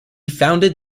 founded